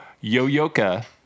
Yo-Yoka